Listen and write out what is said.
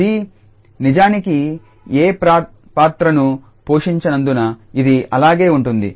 𝑐 నిజానికి ఏ పాత్రను పోషించనందున ఇది అలాగే ఉంటుంది